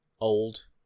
old